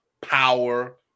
power